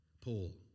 Paul